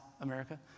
America